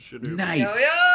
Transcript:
Nice